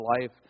life